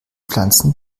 pflanzen